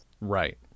Right